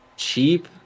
cheap